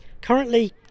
Currently